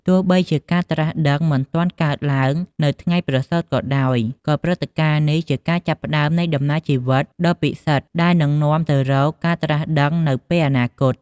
ទោះបីជាការត្រាស់ដឹងមិនទាន់កើតឡើងនៅថ្ងៃប្រសូតក៏ដោយ ក៏ព្រឹត្តិការណ៍នេះជាការចាប់ផ្ដើមនៃដំណើរជីវិតដ៏ពិសិដ្ឋដែលនឹងនាំទៅរកការត្រាស់ដឹងនៅពេលអនាគត។